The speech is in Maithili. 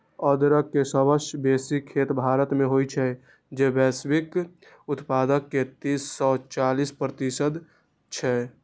अदरक के सबसं बेसी खेती भारत मे होइ छै, जे वैश्विक उत्पादन के तीस सं चालीस प्रतिशत छै